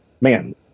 Man